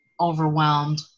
overwhelmed